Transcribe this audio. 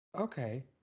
Okay